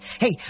Hey